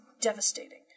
devastating